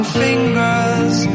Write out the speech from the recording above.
fingers